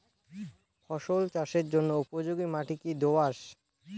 ফসল চাষের জন্য উপযোগি মাটি কী দোআঁশ?